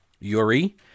Yuri